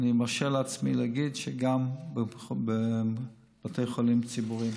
אני מרשה לעצמי להגיד שגם בבתי חולים ציבוריים.